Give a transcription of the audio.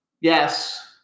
Yes